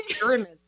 pyramids